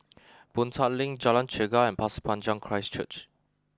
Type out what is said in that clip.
Boon Tat Link Jalan Chegar and Pasir Panjang Christ Church